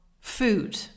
food